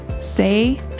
say